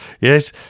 Yes